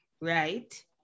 right